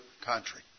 country